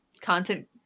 content